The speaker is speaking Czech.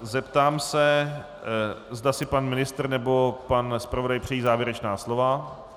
Zeptám se, zda si pan ministr nebo pan zpravodaj přejí závěrečná slova.